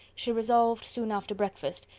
she resolved, soon after breakfast,